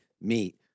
meet